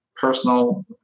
personal